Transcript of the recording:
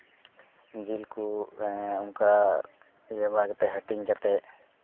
ᱡᱤᱞ ᱠᱚ ᱚᱱᱠᱟ ᱤᱭᱟᱹ ᱵᱟᱲᱟ ᱠᱟᱛᱮ ᱦᱟᱹᱴᱤᱧ ᱠᱟᱛᱮ